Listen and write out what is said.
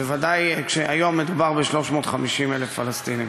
בוודאי כשהיום מדובר ב-350,000 פלסטינים.